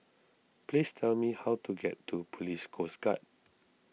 please tell me how to get to Police Coast Guard